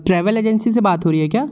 travel agency से बात हो रही है क्या